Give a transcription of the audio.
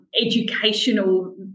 educational